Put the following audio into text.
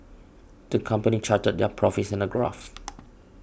the company charted their profits in a graph